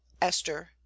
Esther